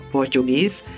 Portuguese